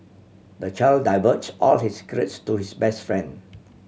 the child divulged all his secrets to his best friend